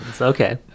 Okay